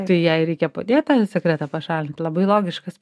tai jai reikia padėti sekretą pašalint labai logiškas